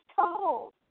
told